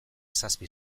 zazpi